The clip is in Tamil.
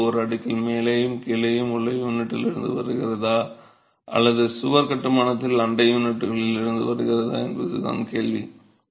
இந்த அடைப்பு ஒரு அடுக்கில் மேலேயும் கீழேயும் உள்ள யூனிட்டிலிருந்து வருகிறதா அல்லது சுவர் கட்டுமானத்தில் அண்டை யூனிட்களில் இருந்து வருகிறதா என்பதுதான் கேள்வி